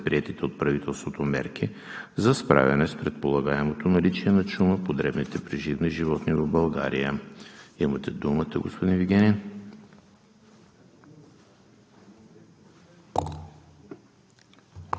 предприетите от правителството мерки за справяне с предполагаемото наличие на чума по дребните преживни животни в България. Имате думата, господин Вигенин.